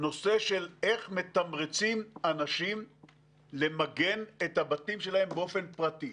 נושא של איך מתמרצים אנשים למגן את הבתים שלהם באופן פרטי.